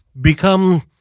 become